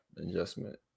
adjustment